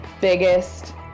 biggest